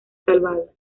salvado